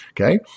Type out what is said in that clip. Okay